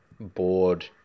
bored